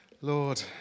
Lord